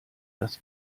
das